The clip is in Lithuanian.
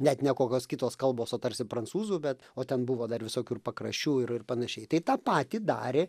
net ne kokios kitos kalbos o tarsi prancūzų bet o ten buvo dar visokių ir pakraščių ir ir panašiai tai tą patį darė